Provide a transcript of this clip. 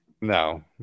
No